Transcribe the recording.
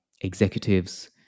executives